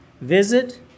Visit